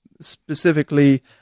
specifically